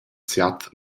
siat